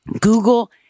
Google